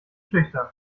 schüchtern